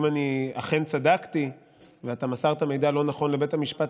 אני רוצה לקרוא לשותפות